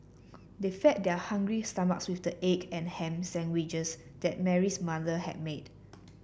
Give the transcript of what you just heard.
they fed their hungry stomachs with the egg and ham sandwiches that Mary's mother had made